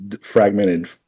fragmented